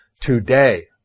Today